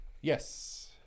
Yes